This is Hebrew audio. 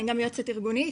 אני גם יועצת ארגונית.